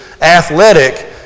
athletic